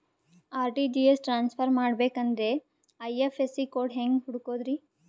RTGS transfer ಮಾಡಬೇಕೆಂದರೆ IFSC code ಹೆಂಗ್ ಹುಡುಕೋದ್ರಿ?